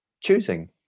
choosing